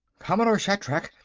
commodore shatrak,